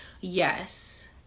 yes